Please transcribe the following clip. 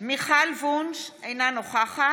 השכל, מצביעה מיכל וונש, אינה נוכחת